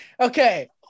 Okay